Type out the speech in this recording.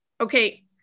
okay